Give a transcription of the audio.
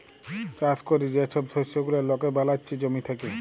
চাষ ক্যরে যে ছব শস্য গুলা লকে বালাচ্ছে জমি থ্যাকে